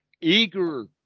eager